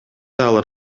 алар